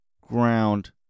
ground